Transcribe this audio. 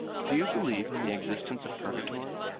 do you believe in the existence of purgatory?